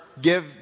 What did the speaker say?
Give